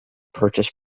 purchase